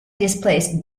displaced